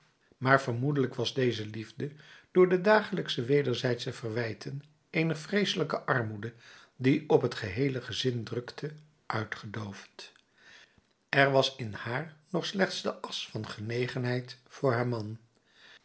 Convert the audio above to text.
maar vermoedelijk was deze liefde door de dagelijksche wederzijdsche verwijten eener vreeselijke armoede die op het geheele gezin drukte uitgedoofd er was in haar nog slechts de asch van genegenheid voor haar man